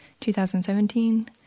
2017